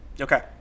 Okay